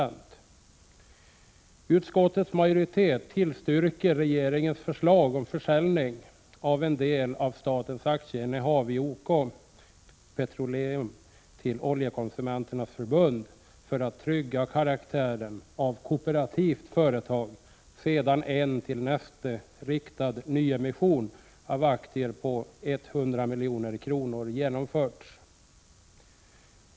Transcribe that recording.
Utskottets majoritet tillstyrker regeringens förslag om försäljning av en del av statens aktieinnehav i OK Petroleum till Oljekonsumenternas förbund för att trygga karaktären av kooperativt företag, sedan en till Neste riktad nyemission av aktier för 100 milj.kr. genomförts.